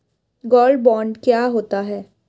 Gold bond क्या होता है?